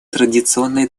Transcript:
традиционные